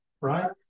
right